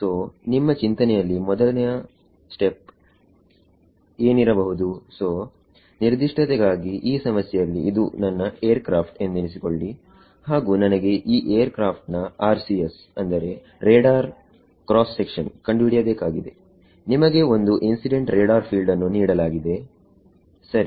so ನಿಮ್ಮ ಚಿಂತನೆಯಲ್ಲಿ ಮೊದಲನೆಯ ಹೆಜ್ಜೆ ಏನಿರಬಹುದುಸೋ ನಿರ್ಧಿಷ್ಟತೆಗಾಗಿ ಈ ಸಮಸ್ಯೆಯಲ್ಲಿ ಇದು ನನ್ನ ಏರ್ಕ್ರಾಫ್ಟ್ ಎಂದೆನಿಸಿಕೊಳ್ಳಿ ಹಾಗು ನನಗೆ ಈ ಏರ್ಕ್ರಾಫ್ಟ್ ನ RCSರೇಡಾರ್ ಕ್ರಾಸ್ ಸೆಕ್ಷನ್ ಕಂಡುಹಿಡಿಯಬೇಕಾಗಿದೆ ನಿಮಗೆ ಒಂದು ಇನ್ಸಿಡೆಂಟ್ ರೇಡಾರ್ ಫೀಲ್ಡ್ ನ್ನು ನೀಡಲಾಗಿದೆ ಸರಿ